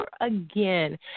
again